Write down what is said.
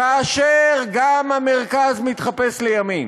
כאשר גם המרכז מתחפש לימין.